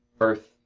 earth